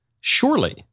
surely